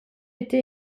été